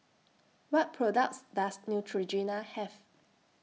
What products Does Neutrogena Have